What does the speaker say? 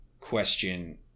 question